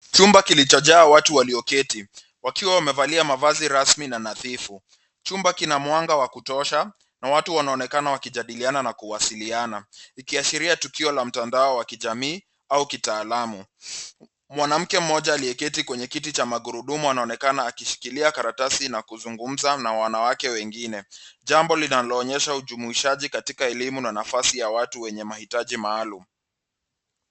Chumba kilichojaa watu walioketi, wakiwa wamevalia mavazi rasmi na nadhifu. Chumba kina mwanga wa kutosha na watu wanaonekana wakijadiliana na kuwasiliana, ikiashiria tukio la mtandao wa kijamii au kitaalamu. Mwanamke mmoja aliyeketi kwenye kiti cha magurudumu anaonekana akishikilia karatasi na kuzungumza na wanawake wengine, jambo linaloonyesha ujumishaji katika elimu na nafasi ya watu wenye mahitaji maalum.